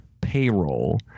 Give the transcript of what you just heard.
payroll